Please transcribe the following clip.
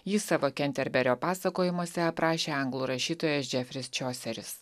jį savo kenterberio pasakojimuose aprašė anglų rašytojo džefris čioseris